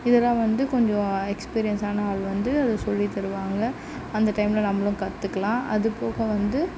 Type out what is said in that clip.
இதெலாம் வந்து கொஞ்சம் எக்ஸ்பீரியன்ஸான ஆள் வந்து சொல்லி தருவாங்க அந்த டைமில் நம்பளும் கற்றுக்கலாம் அது போக வந்து